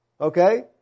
okay